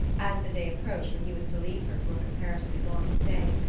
as the day approached when he was to leave her for a comparatively long stay,